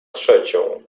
trzecią